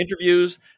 interviews